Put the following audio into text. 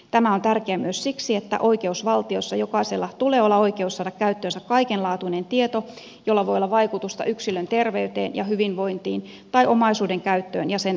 tämä on tärkeä myös siksi että oikeusvaltiossa jokaisella tulee olla oikeus saada käyttöönsä kaikenlaatuinen tieto jolla voi olla vaikutusta yksilön terveyteen ja hyvinvointiin tai omaisuuden käyttöön ja sen arvoon